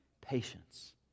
patience